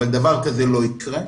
אבל דבר כזה לא יקרה.